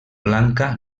blanca